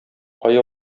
кая